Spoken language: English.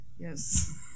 Yes